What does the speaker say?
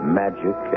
magic